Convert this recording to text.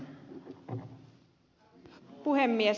arvoisa puhemies